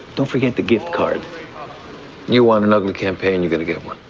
don't forget the gift card you want an ugly campaign. you're going to get one